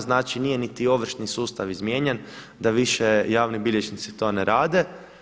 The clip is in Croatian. Znači nije niti ovršni sustav izmijenjen da više javni bilježnici to ne rade.